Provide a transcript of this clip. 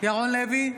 ירון לוי,